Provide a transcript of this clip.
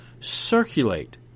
circulate